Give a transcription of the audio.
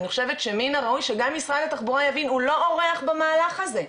אני חושבת שמן הראוי שגם משרד התחבורה יבין הוא לא אורח במהלך הזה.